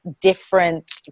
different